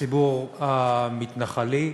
בציבור המתנחלי,